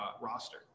roster